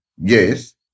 Yes